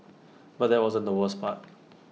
but that wasn't the worst part